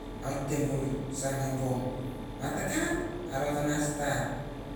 Iau tabur shang eh bong watakap arotanga stat.